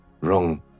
wrong